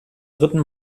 dritten